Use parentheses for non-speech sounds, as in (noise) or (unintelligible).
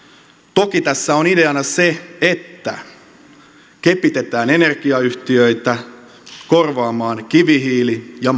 toki tässä on ideana se että kepitetään energiayhtiöitä korvaamaan kivihiili ja (unintelligible)